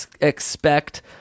expect